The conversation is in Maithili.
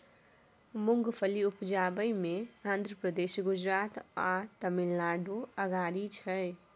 मूंगफली उपजाबइ मे आंध्र प्रदेश, गुजरात आ तमिलनाडु अगारी छै